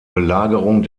belagerung